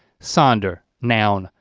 sonder noun.